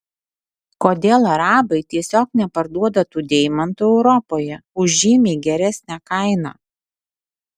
kodėl arabai tiesiog neparduoda tų deimantų europoje už žymiai geresnę kainą